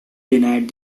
denied